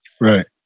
right